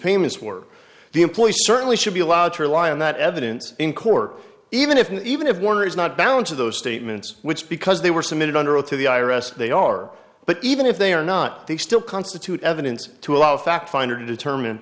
payments were the employees certainly should be allowed to rely on that evidence in court even if even if warner is not bound to those statements which because they were submitted under oath to the i r s they are but even if they are not they still constitute evidence to allow fact finder to determin